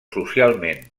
socialment